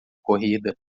corrida